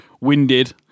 winded